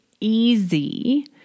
easy